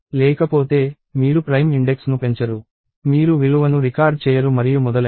లేకపోతే మీరు ప్రైమ్ ఇండెక్స్ను పెంచరు మీరు విలువను రికార్డ్ చేయరు మరియు మొదలైనవి